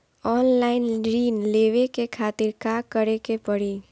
Online ऋण लेवे के खातिर का करे के पड़ी?